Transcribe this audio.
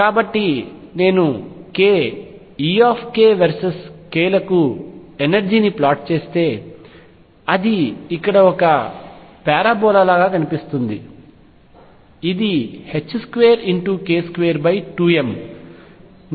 కాబట్టి నేను k E versus k లకు ఎనర్జీ ని ప్లాట్ చేస్తే అది ఇక్కడ ఒక పారాబోలా గా కనిపిస్తుంది ఇది 2k22m